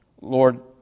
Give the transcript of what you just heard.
Lord